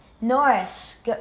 Norris